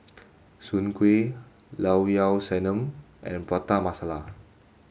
Soon Kuih Llao Llao Sanum and Prata Masala